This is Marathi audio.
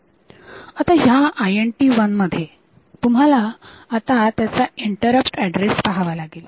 आता ह्या INT1 मध्ये तुम्हाला आता त्याचा इंटरप्ट ऍड्रेस पहावा लागेल